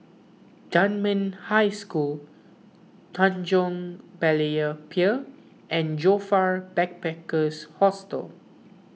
Dunman High School Tanjong Berlayer Pier and Joyfor Backpackers' Hostel